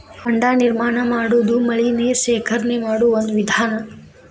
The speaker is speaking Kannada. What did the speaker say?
ಹೊಂಡಾ ನಿರ್ಮಾಣಾ ಮಾಡುದು ಮಳಿ ನೇರ ಶೇಖರಣೆ ಮಾಡು ಒಂದ ವಿಧಾನಾ